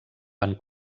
van